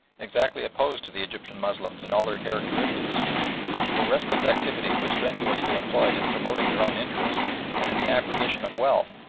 exactly opposed to the egyptian moslems in all their characteristics their restless activity was strenuously employed in promoting their own interests, and in the acquisition of wealth,